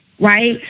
right